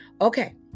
Okay